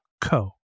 co